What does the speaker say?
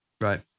right